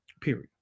Period